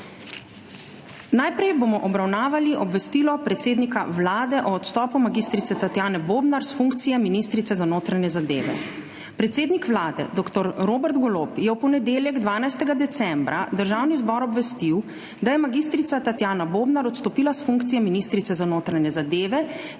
Najprej bomo obravnavali obvestilo predsednika Vlade o odstopu mag. Tatjane Bobnar s funkcije ministrice za notranje zadeve. Predsednik Vlade dr. Robert Golob je v ponedeljek, 12. decembra, Državni zbor obvestil, da je mag. Tatjana Bobnar odstopila s funkcije ministrice za notranje zadeve